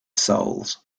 souls